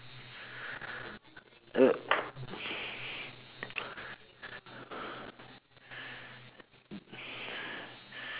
uh